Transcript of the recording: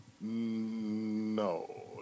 no